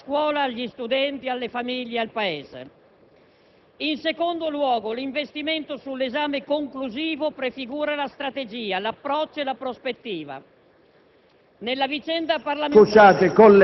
Questo è il vero cambiamento utile alla scuola, agli studenti, alle famiglie e al Paese. In secondo luogo, l'investimento sull'esame conclusivo prefigura la strategia, l'approccio e la prospettiva.